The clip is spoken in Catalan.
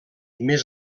més